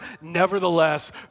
Nevertheless